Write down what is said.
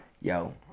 yo